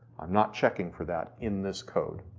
i'm not checking for that in this code.